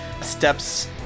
steps